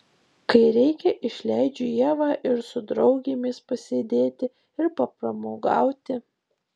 kai reikia išleidžiu ievą ir su draugėmis pasėdėti ir papramogauti